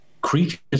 creatures